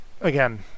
again